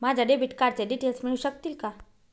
माझ्या डेबिट कार्डचे डिटेल्स मिळू शकतील का?